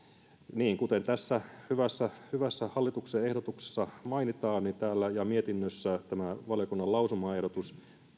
kuten tässä hyvässä hyvässä hallituksen ehdotuksessa mainitaan ja mietinnössä on tämä valiokunnan lausumaehdotus